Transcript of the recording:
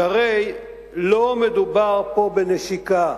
שהרי לא מדובר פה בנשיקה,